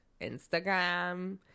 Instagram